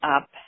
up